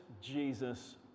Jesus